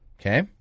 Okay